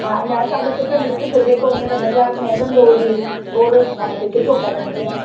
हा न असांखे सुठे में सुठो जेको हींअर बाज़ारि में हलंदो हुजे पोइ अहिड़ो पाण खे सुठो कराइणो आहे